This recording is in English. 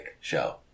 show